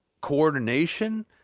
coordination